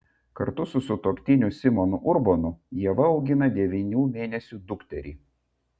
kartu su sutuoktiniu simonu urbonu ieva augina devynių mėnesių dukterį